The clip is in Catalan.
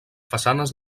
façanes